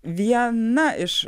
viena iš